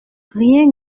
rien